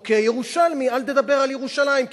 או כירושלמי אל תדבר על ירושלים,